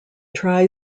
try